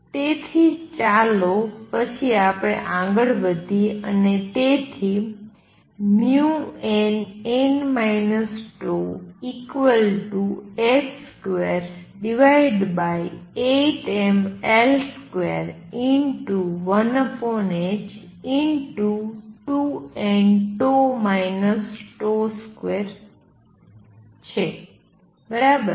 તેથી ચાલો પછી આગળ વધીએ અને તેથી nn τh28mL21h2nτ 2 બરાબર